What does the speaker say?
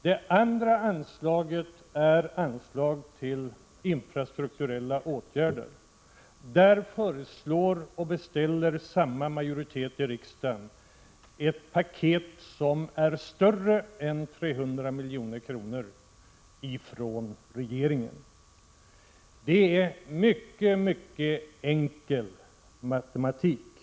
Det andra anslaget är anslaget till infrastrukturella åtgärder. Samma majoritet i utskottet vill hos regeringen beställa ett paket som är större än 300 milj.kr. Det är en mycket enkel matematik.